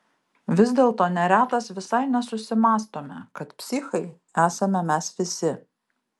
vis dėlto neretas visai nesusimąstome kad psichai esame mes visi